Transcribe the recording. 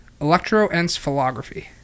Electroencephalography